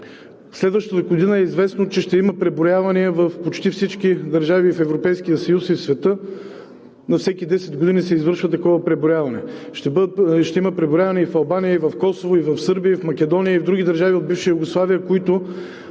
следващата година е известно, че ще има преброявания в почти всички държави в Европейския съюз и в света. На всеки 10 години се извършва такова преброяване. Ще има преброяване и в Албания, и в Косово, и в Сърбия, и в Македония, и в други държави от бивша Югославия, в които